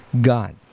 God